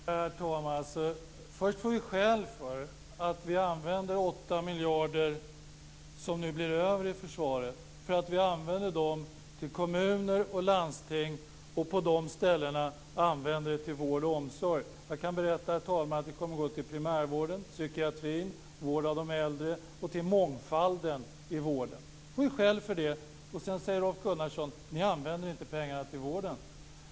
Herr talman! Det blir märkligare och märkligare. Först får vi skäll för att vi använder 8 miljarder som blir över i försvaret till vård och omsorg i kommuner och landsting. Pengarna kommer att gå till primärvården, psykiatrin, vården av de äldre och till mångfalden i vården. Nu får vi skäll för det. Sedan säger Rolf Gunnarsson att vi inte använder pengarna till vården.